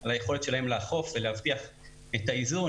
על היכולת שלהם לאכוף ולהבטיח את האיזון